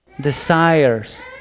desires